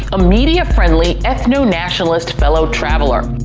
a media friendly, ethno-nationalist fellow traveler.